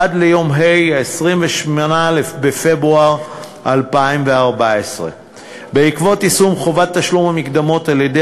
עד יום 28 בפברואר 2014. בעקבות יישום חובת תשלום המקדמות על-ידי